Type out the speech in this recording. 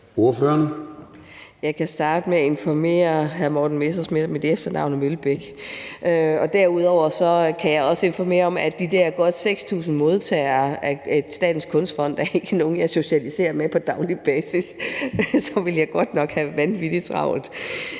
Jeg kan starte med at informere hr. Morten Messerschmidt om, at mit efternavn er Mølbæk. Derudover kan jeg også informere om, at de der godt 6.000 modtagere af støtte fra Statens Kunstfond ikke er nogen, jeg socialiserer med på daglig basis. Så ville jeg godt nok have vanvittig travlt.